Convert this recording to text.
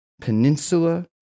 Peninsula